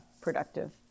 productive